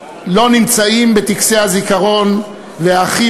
לא נמצאים בטקסי הזיכרון, והאחים